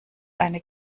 eine